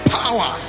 power